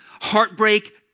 Heartbreak